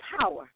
power